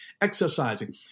exercising